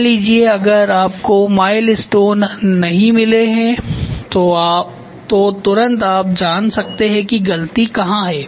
मान लीजिए अगर आपको माइलस्टोन नहीं मिले हैं तो तुरंत आप जान सकते है की गलती कहा है